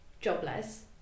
jobless